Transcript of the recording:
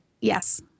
Yes